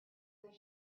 their